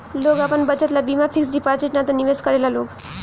लोग आपन बचत ला बीमा फिक्स डिपाजिट ना त निवेश करेला लोग